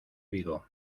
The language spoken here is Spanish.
vigo